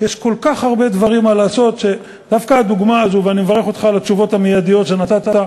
במהלך הדיון שקיימנו,